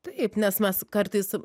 taip nes mes kartais